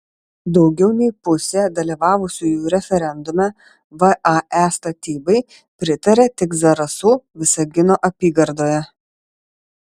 daugiau nei pusė dalyvavusiųjų referendume vae statybai pritarė tik zarasų visagino apygardoje